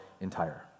entire